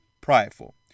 prideful